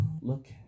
look